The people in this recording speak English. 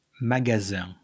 magasin